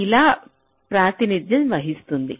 ఇలా ప్రాతినిధ్యం వహిస్తుంది